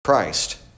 Christ